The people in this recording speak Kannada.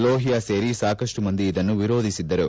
ಲೋಹಿಯಾ ಸೇರಿ ಸಾಕಷ್ಟು ಮಂದಿ ಇದನ್ನು ವಿರೋಧಿಸಿದ್ದರು